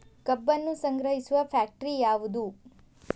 ಕಬ್ಬನ್ನು ಸಂಗ್ರಹಿಸುವ ಫ್ಯಾಕ್ಟರಿ ಯಾವದು?